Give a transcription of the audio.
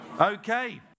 Okay